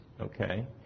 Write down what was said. okay